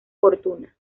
fortuna